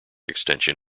extension